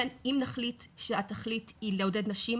בין אם נחליט שהתכלית היא לעודד נשים,